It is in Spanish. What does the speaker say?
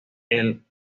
ramón